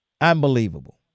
Unbelievable